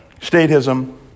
statism